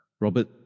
Robert